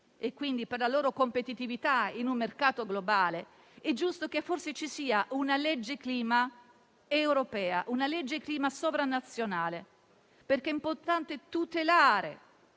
e per la loro competitività in un mercato globale, è giusto che forse ci sia una legge clima europea, una legge clima sovranazionale, perché è importante che